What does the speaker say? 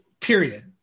period